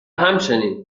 همچنین